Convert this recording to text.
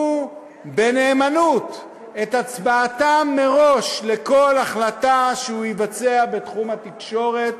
בנאמנות את הצבעתם מראש לכל החלטה שהוא יבצע בתחום התקשורת